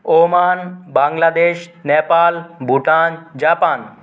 Oman Bangladesh Nepal Bhutan Japan